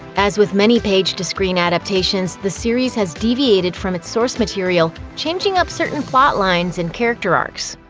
as with many page-to-screen adaptations, the series has deviated from its source material, changing up certain plot lines and character arcs.